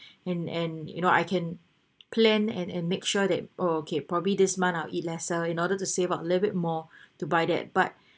and and you know I can plan and and make sure that okay probably this month I'll eat lesser in order to save up a little bit more to buy that but